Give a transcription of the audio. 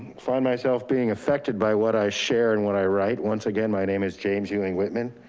find myself being affected by what i share and what i write. once again my name is james ewing whitman.